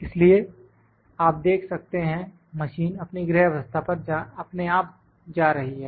इसलिए आप देख सकते हैं मशीन अपनी ग्रह अवस्था पर अपने आप जा रही है